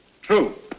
True